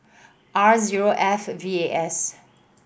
R zero F V A S